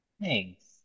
Thanks